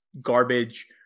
garbage